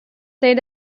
say